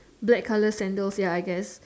black colour sandals ya I guess